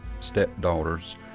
stepdaughters